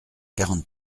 quarante